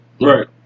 Right